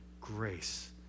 grace